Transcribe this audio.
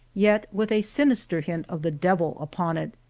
yet with a sinister hint of the devil upon it.